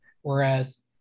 whereas